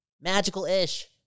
Magical-ish